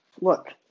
Look